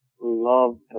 love